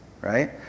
right